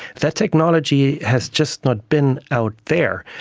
that technology has just not been out there,